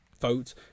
vote